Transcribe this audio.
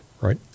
right